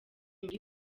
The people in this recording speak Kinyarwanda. muri